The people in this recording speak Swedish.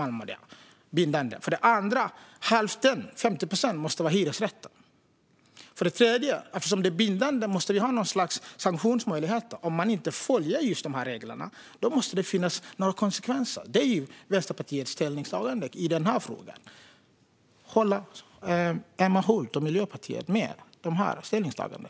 För det andra säger vi att hälften, 50 procent, måste vara hyresrätter. För det tredje säger vi att eftersom det ska vara bindande måste vi ha sanktionsmöjligheter. Om man inte följer reglerna måste det få konsekvenser. Det är Vänsterpartiets ställningstagande i denna fråga. Håller Emma Hult och Miljöpartiet med om dessa ställningstaganden?